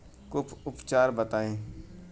कुछ उपचार बताई?